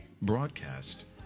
broadcast